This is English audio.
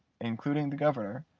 including the governor,